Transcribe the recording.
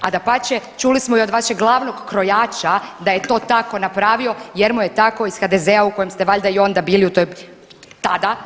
A dapače, čuli smo i od vašeg glavnog krojača da je to tako napravio jer mu je tako iz HDZ-a u kojem ste valjda i onda bili u toj tada,